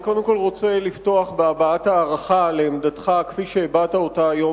אני קודם כול רוצה לפתוח בהבעת הערכה לעמדתך כפי שהבעת אותה היום